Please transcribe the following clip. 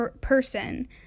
person